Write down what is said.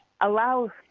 allow